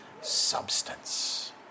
substance